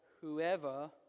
whoever